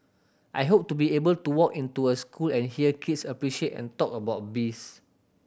I hope to be able to walk into a school and hear kids appreciate and talk about bees